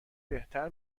بهتر